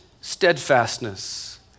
steadfastness